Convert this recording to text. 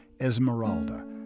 Esmeralda